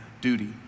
duty